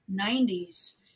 90s